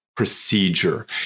Procedure